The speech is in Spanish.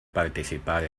participar